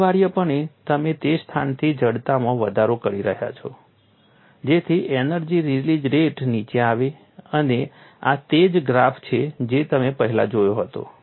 અનિવાર્યપણે તમે તે સ્થાનની જડતામાં વધારો કરી રહ્યા છો જેથી એનર્જી રિલીઝ રેટ નીચે આવે અને આ તે જ ગ્રાફ છે જે તમે પહેલાં જોયો હતો